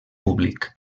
públic